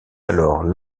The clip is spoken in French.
alors